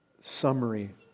summary